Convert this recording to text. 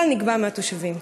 אבל נגבה מהתושבים.